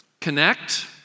Connect